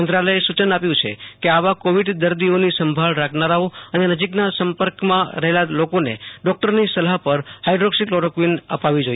મત્રાલયે સુચન આપ્યું છે ક આવા કોવિક દર્દીઓની સંભાળ રાખનારાઓ અને નજીકના સંપર્કમાં રહેલા લોકોને ડોકટરની સલાહ પર હાઈડ્રોકસી કલોરોકિવન આપવી જોઈએ